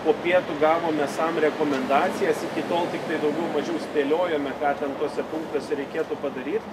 po pietų gavome sam rekomendacijas iki tol tiktai daugiau mažiau spėliojome ką ten tuose punktuose reikėtų padaryt